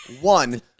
one